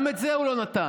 גם את זה הוא לא נתן.